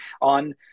on